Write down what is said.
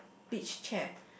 beach chair